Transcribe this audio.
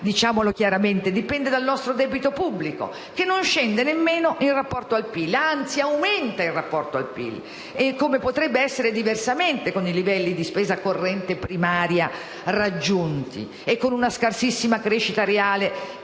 Diciamolo chiaramente: dipende dal nostro debito pubblico, che non scende nemmeno in rapporto al PIL; anzi, aumenta, e come potrebbe essere diversamente con i livelli di spesa corrente primaria raggiunti e con una scarsissima crescita reale